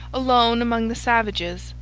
alone among the savages,